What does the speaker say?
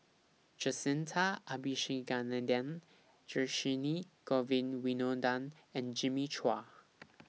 Jacintha Abisheganaden Dhershini Govin Winodan and Jimmy Chua